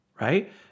right